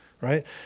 Right